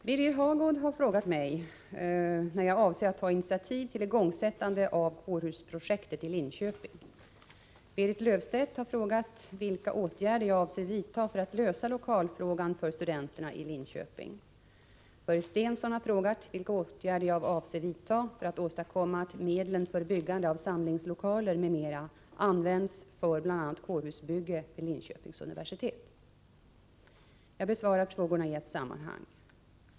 Herr talman! Birger Hagård har frågat mig när jag avser att ta initiativ till igångsättande av kårhusprojektet i Linköping. Berit Löfstedt har frågat vilka åtgärder jag avser att vidta för att lösa lokalfrågan för studenterna i Linköping. Börje Stensson har frågat vilka åtgärder jag avser vidta för att åstadkomma att medlen för byggande av samlingslokaler m.m. används för bl.a. kårhusbygge vid Linköpings universitet. Jag besvarar frågorna i ett sammanhang.